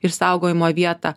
ir saugojimo vietą